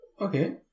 Okay